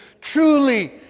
Truly